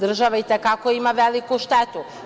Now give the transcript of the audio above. Država i te kako ima veliku štetu.